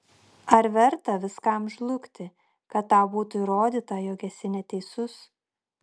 ar verta viskam žlugti kad tau būtų įrodyta jog esi neteisus